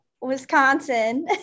Wisconsin